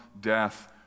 death